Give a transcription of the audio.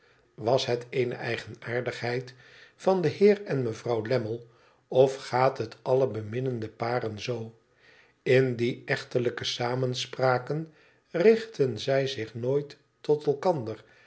was het eene eigenaardigheid van den heer en mevrouw lammie of gaat het alle beminnende paren zoo in die echtelijke samenspraken richtten zij zich nooit tot elkander